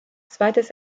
zweites